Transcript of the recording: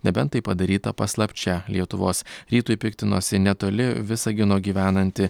nebent tai padaryta paslapčia lietuvos rytui piktinosi netoli visagino gyvenanti